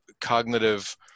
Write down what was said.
cognitive